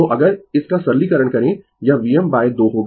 तो अगर इसका सरलीकरण करें यह Vm 2 होगा